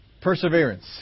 Perseverance